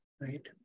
right